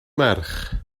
merch